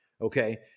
Okay